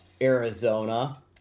Arizona